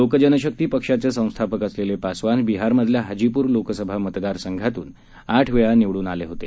लोक जनशक्ती पक्षाचे संस्थापक असलेले पासवान बिहारमधल्या हाजीपुर लोकसभा मतदार संघातून आठ वेळा निवडून आले होते